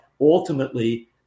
ultimately